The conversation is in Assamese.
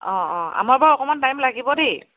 অঁ অঁ আমাৰ বাৰু অকণমান টাইম লাগিব দেই